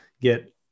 get